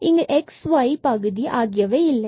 இங்கு x and y பகுதி ஆகியவை இல்லை